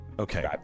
Okay